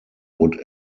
would